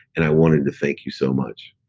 and i wanted to thank you so much.